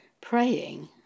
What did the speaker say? praying